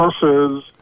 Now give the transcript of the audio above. versus